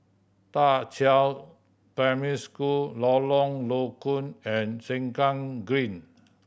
Da Qiao Primary School Lorong Low Koon and Sengkang Green